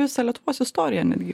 visą lietuvos istoriją netgi